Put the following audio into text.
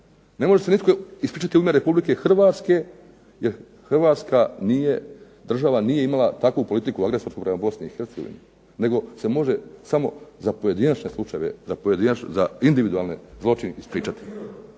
ne može se nitko ispričati u ime Republike Hrvatske jer Hrvatska država nije imala takvu politiku agresorsku prema Bosni i Hercegovini nego se može samo za pojedinačne slučajeve, za individualne zločine ispričati.